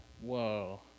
Whoa